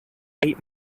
eight